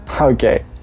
Okay